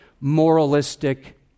moralistic